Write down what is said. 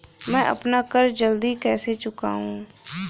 मैं अपना कर्ज जल्दी कैसे चुकाऊं?